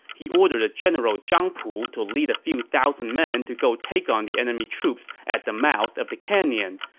he ordered the general zhang pu to lead a few thousand men to go take on the enemy troops at the mouth of the canyon.